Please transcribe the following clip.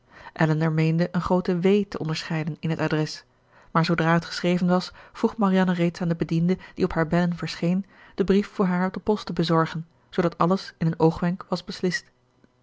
elinor meende een groote w te onderscheiden in het adres maar zoodra het geschreven was vroeg marianne reeds aan den bediende die op haar bellen verscheen den brief voor haar op de post te bezorgen zoodat alles in een oogwenk was beslist